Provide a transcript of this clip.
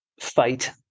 fight